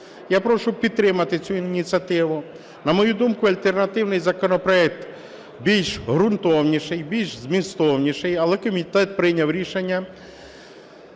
Я прошу підтримати цю ініціативу. На мою думку, альтернативний законопроект більш ґрунтовніший, більш змістовніший, але комітет прийняв рішення